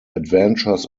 adventures